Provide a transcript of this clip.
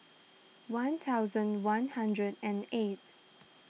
one thousand one hundred and eighth